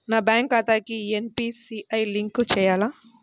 నా బ్యాంక్ ఖాతాకి NPCI link చేయాలా?